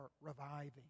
reviving